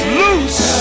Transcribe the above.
loose